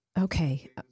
okay